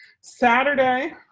Saturday